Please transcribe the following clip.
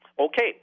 Okay